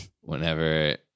Whenever